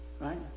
right